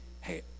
hey